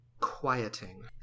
quieting